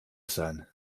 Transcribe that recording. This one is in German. sein